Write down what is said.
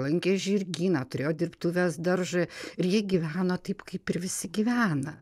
lankė žirgyną turėjo dirbtuves daržui ir jie gyveno taip kaip ir visi gyvena